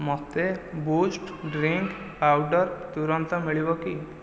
ମୋତେ Boost drink powder ତୁରନ୍ତ ମିଳିବ କି